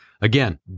again